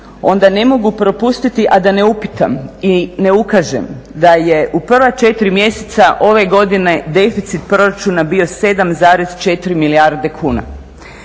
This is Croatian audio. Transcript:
onda ne mogu propustiti a da ne upitam i ne ukažem da je u prva četiri mjeseca ove godine deficit proračuna bio 7,4 milijarde kuna.